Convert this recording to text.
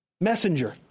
Messenger